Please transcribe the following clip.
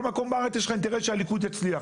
מקום בארץ יש לך אינטרס שהליכוד יצליח.